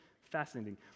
fascinating